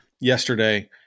yesterday